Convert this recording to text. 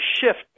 shift